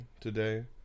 today